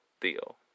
deal